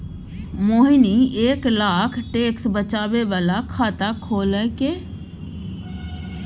मोहिनी एक लाख टैक्स बचाबै बला खाता खोललकै